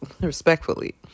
Respectfully